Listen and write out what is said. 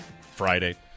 Friday